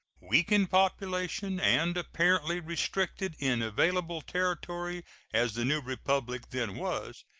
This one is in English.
weak in population and apparently restricted in available territory as the new republic then was,